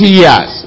years